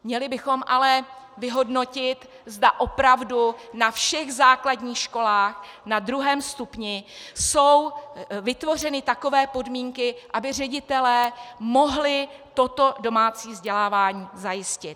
Měli bychom ale vyhodnotit, zda opravdu na všech základních školách na druhém stupni jsou vytvořeny takové podmínky, aby ředitelé mohli toto domácí vzdělávání zajistit.